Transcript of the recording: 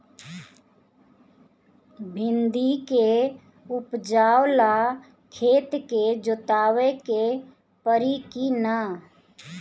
भिंदी के उपजाव ला खेत के जोतावे के परी कि ना?